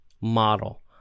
model